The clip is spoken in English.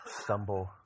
stumble